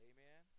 Amen